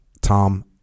Tom